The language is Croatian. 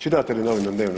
Čitate li novine dnevno?